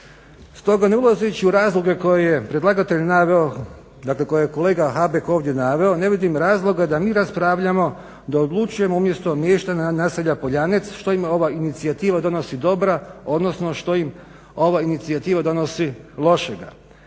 naveo, dakle koje je kolega Habek ovdje naveo, ne vidim razloga da mi raspravljamo, da odlučujemo umjesto mještana naselja Poljanec što im ova inicijativa donosi dobra, odnosno što im ova inicijativa donosi lošega.